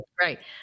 Right